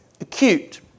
acute